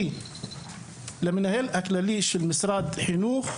כי למנהל הכללי של משרד החינוך,